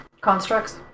Constructs